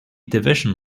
division